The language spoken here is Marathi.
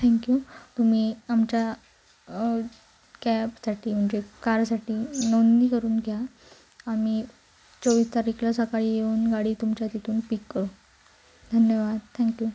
थॅंक्यू तुम्ही आमच्या कॅबसाठी म्हणजे कारसाठी नोंदणी करून घ्या आम्ही चोवीस तारीखला सकाळी येऊन गाडी तुमच्या तिथून पिक करू धन्यवाद थॅंक्यू